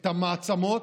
את המעצמות.